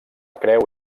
creu